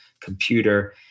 computer